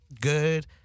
good